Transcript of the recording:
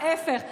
ההפך.